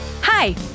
Hi